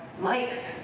life